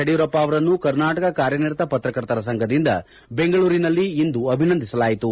ಯಡಿಯೂರಪ್ಪ ಅವರನ್ನು ಕರ್ನಾಟಕ ಕಾರ್ಯನಿರತ ಪತ್ರಕರ್ತರ ಸಂಘದಿಂದ ಬೆಂಗಳೂರಿನಲ್ಲಿ ಇಂದು ಅಭಿನಂದಿಸಲಾಯಿತು